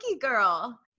girl